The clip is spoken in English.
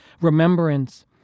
remembrance